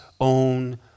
own